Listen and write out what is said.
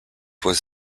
was